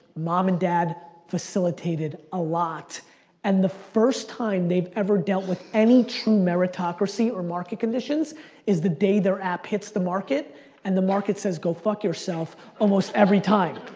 mom and dad facilitated a lot and the first time they've ever dealt with any true meritocracy or market conditions is the day their app hits the market and the market says, go fuck yourself, almost every time.